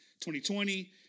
2020